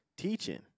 Teaching